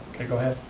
okay, go ahead.